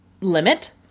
limit